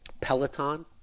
peloton